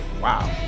wow